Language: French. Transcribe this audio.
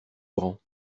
grand